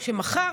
שמחר,